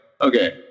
okay